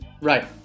Right